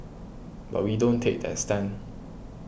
but we don't take that stand